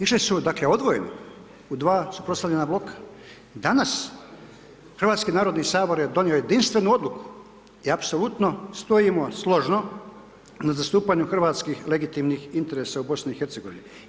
Išli su dakle odvojeno, u dva suprotstavljena bloka, danas Hrvatski narodni sabor je donio jedinstvenu odluku i apsolutno stojimo složno u zastupanu hrvatskih legitimnih interesa u BiH-u.